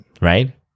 Right